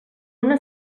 una